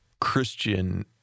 Christian